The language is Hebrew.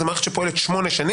זה מערכת שפועלת 8 שנים.